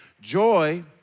Joy